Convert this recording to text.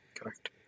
Correct